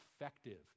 effective